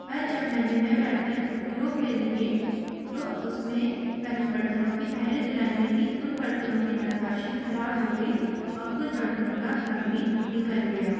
पर जब मैंने वह बर्तन उपयोग में लिए तो उसमें बर्तनों की पहली धुलाई में ही उन बर्तनों की नक्काशी खराब हो गई और कुछ बर्तनों का रंग भी निकल गया